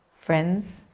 friends